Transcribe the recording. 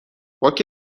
باک